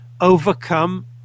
overcome